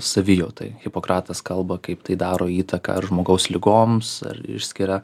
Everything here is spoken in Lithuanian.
savijautai hipokratas kalba kaip tai daro įtaką ar žmogaus ligoms ar išskiria